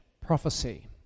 prophecy